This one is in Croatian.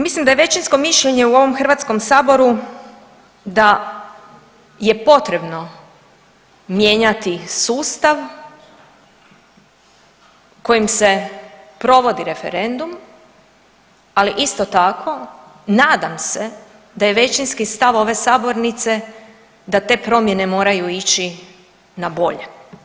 Mislim da je većinsko mišljenje u ovom Hrvatskom saboru da je potrebno mijenjati sustav kojim se provodi referendum, ali isto tako nadam se da je većinski stav ove sabornice da te promjene moraju ići na bolje.